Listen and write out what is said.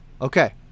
Okay